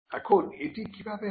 এখন এটি কিভাবে হয়